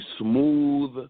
smooth